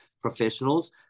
professionals